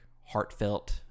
heartfelt